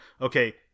okay